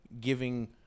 giving